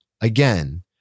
Again